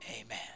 Amen